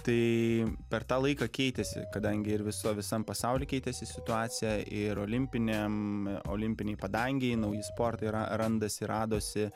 tai per tą laiką keitėsi kadangi ir viso visam pasauly keitėsi situacija ir olimpiniam olimpinėj padangei nauji sportai yra randasi radosi